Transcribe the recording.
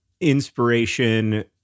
inspiration